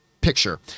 picture